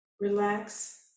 relax